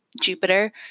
Jupiter